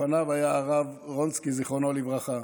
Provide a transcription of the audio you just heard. לפניו היה הרב רונצקי זיכרונו לברכה,